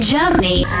Germany